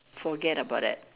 forget about that